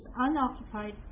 unoccupied